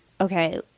Okay